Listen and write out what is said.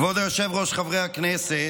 כבוד היושב-ראש, חברי הכנסת,